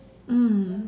mm